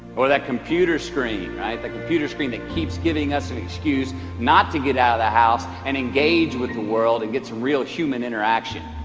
or that computer screen right? the computer screen that keeps giving us an excuse not to get out of the house and engage with the world and get some real human interaction